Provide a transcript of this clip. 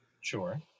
Sure